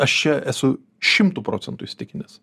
aš čia esu šimtu procentų įsitikinęs